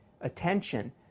attention